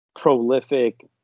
prolific